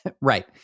right